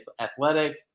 athletic